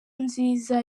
nziza